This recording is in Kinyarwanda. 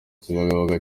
kibagabaga